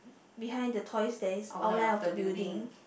behind the toys there's outline of the building